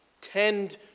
Tend